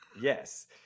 yes